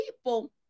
people